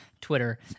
Twitter